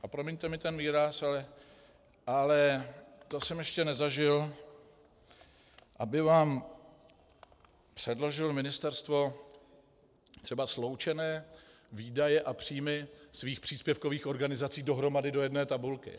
A promiňte mi ten výraz, ale to jsem ještě nezažil, aby vám předložilo ministerstvo třeba sloučené výdaje a příjmy svých příspěvkových organizací dohromady do jedné tabulky.